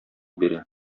бирә